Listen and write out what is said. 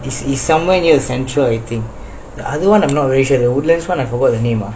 this is somewhere near central I think அதுவானு:athuvanu I'm not sure the woodlands one I forgot the name ah